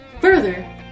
Further